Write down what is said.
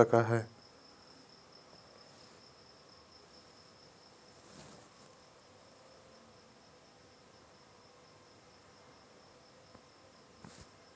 electronic clearing services में कोई संस्थान द्वारा अपन बैंक एकाउंट में इलेक्ट्रॉनिक तरीका स्व पैसा जमा हो सका हइ